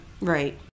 Right